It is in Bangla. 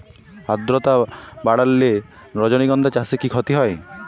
আদ্রর্তা বাড়লে রজনীগন্ধা চাষে কি ক্ষতি হয়?